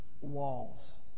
walls